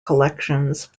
collections